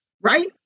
right